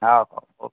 ହେଉ ହେଉ ଓ କେ